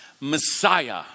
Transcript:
Messiah